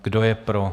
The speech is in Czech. Kdo je pro?